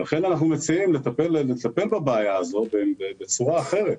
לכן, אנחנו מציעים לטפל בבעיה הזו בצורה אחרת,